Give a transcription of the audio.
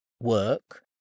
work